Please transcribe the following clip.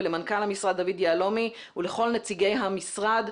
למנכ"ל המשרד דוד יהלומי ולכל נציגי המשרד,